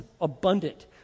abundant